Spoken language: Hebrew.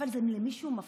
אבל למישהו זה מפריע,